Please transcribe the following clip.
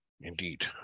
indeed